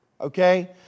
okay